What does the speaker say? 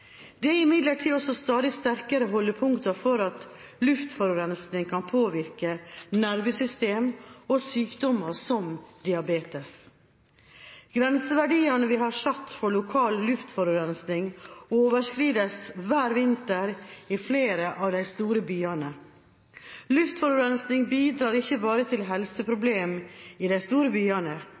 Det er imidlertid også stadig sterkere holdepunkter for at luftforurensning kan påvirke nervesystem og sykdommer som diabetes. Grenseverdiene vi har satt for lokal luftforurensning, overskrides hver vinter i flere av de store byene. Luftforurensning bidrar ikke bare til helseproblemer i de store byene.